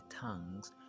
tongues